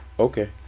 Okay